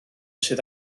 sydd